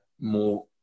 more